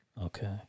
Okay